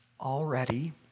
already